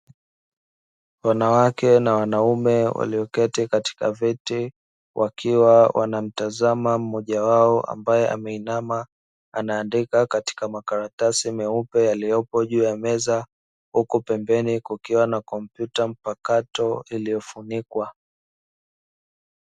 Wanawake na wanaume walioketi katika viti wakiwa wanamtazama mmoja wao ambaye ameinama anaandika katika makaratasi meupe yaliyopo juu ya meza, huku pembeni kukiwa na kompyuta mpakato iliyofunikwa.